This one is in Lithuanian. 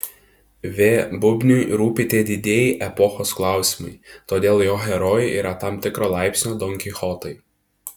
v bubniui rūpi tie didieji epochos klausimai todėl jo herojai yra tam tikro laipsnio donkichotai